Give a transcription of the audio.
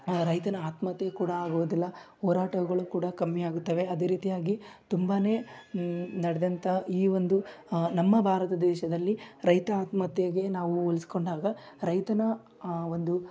ಆ ರೈತನ ಆತ್ಮಹತ್ಯೆ ಕೂಡ ಆಗುವುದಿಲ್ಲ ಹೋರಾಟಗಳು ಕೂಡ ಕಮ್ಮಿ ಆಗುತ್ತವೆ ಅದೇ ರೀತಿಯಾಗಿ ತುಂಬಾ ನಡ್ದಂಥ ಈ ಒಂದು ನಮ್ಮ ಭಾರತ ದೇಶದಲ್ಲಿ ರೈತ ಆತ್ಮಹತ್ಯೆಗೆ ನಾವು ಹೋಲಿಸ್ಕೊಂಡಾಗ ರೈತನ ಆ ಒಂದು